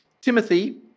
Timothy